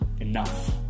enough